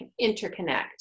interconnect